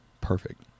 Perfect